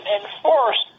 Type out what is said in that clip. enforce